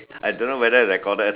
I don't know whether recorded